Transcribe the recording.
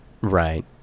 Right